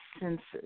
senses